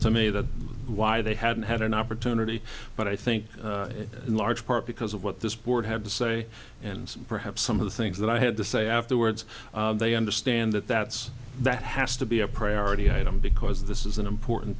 to me that why they hadn't had an opportunity but i think in large part because of what this board had to say and perhaps some of the things that i had to say afterwards they understand that that's that has to be a priority item because this is an important